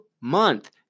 month